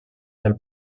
del